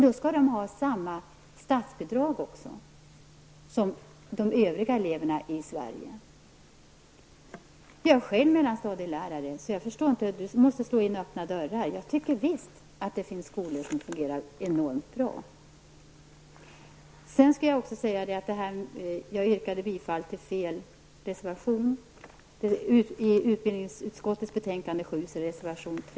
Då skall de också ha samma statsbidrag som de övriga eleverna i Sverige. Jag är själv mellanstadielärare och tycker att det finns skolor som fungerar mycket bra, så här slås det in öppna dörrar.